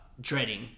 dreading